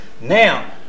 Now